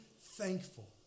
thankful